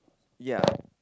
ya